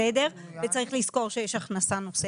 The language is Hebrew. וצריך לזכור שיש הכנסה נוספת.